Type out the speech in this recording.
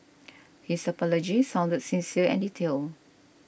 his apology sounded sincere and detailed